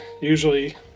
usually